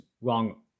wrong